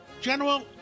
General